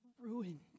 ruined